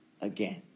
again